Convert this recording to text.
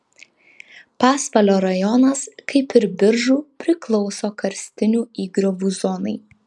pasvalio rajonas kaip ir biržų priklauso karstinių įgriovų zonai